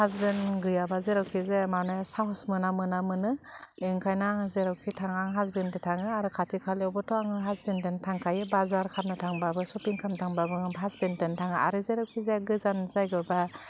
husband गैयाबा जेरावखि जाया मानो साहस मोना मोना मोनो एंखायनो आङो जेरावखि थाङा आं हासबेन्डदो थाङो आरो खाथि खालायावबोथ' आङो हासबेन्डदों थांखायो बाजार खामनो थांबाबो सपिं खामनो थाबाबो हासबेन्डदो थाङो आरो जेरावथि जाया गोजान जायगायावबा